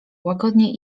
łagodnie